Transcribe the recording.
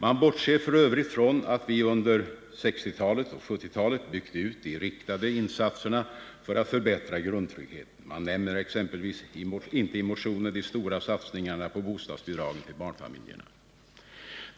Man bortser f.ö. från att vi under 1960 och 1970-talen byggt ut de riktade insatserna för att förbättra grundtryggheten. Man nämner i motionen exempelvis inte den stora satsningen på bostadsbidragen till barnfamiljerna.